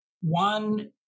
One